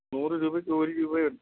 നൂറ് രൂപയ്ക്ക് ഒര് രൂപയെ